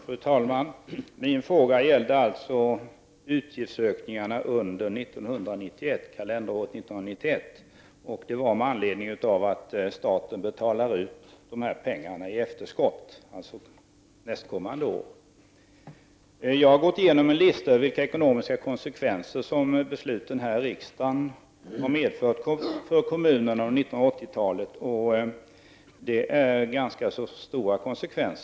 Fru talman! Min fråga gällde alltså utgiftsökningarna under kalenderåret 1991, med anledning av att staten betalar ut pengarna i efterskott, alltså nästkommande år. Jag har gått igenom en lista över de ekonomiska konsekvenser som beslu ten här i riksdagen har medfört för kommunerna under 1980-talet. Konsekvenserna är ganska stora.